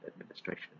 administration